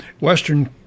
Western